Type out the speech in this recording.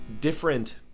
different